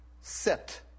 set